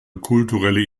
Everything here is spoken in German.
kulturelle